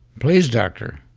please doctor.